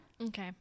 okay